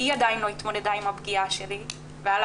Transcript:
היא עדיין לא התמודדה עם הפגיעה שלי והייתה לה